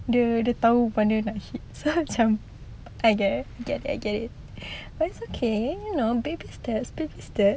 dia dia [tau] pandai nak hit so macam I get I get it but it's okay I know baby steps baby steps